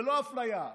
ללא אפליה,